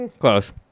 Close